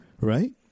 right